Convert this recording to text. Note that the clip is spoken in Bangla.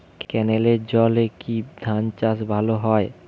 ক্যেনেলের জলে কি ধানচাষ ভালো হয়?